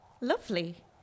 Lovely